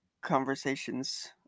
conversations